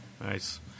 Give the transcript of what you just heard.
Nice